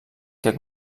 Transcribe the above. que